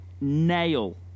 nail